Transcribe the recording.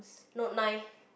not nine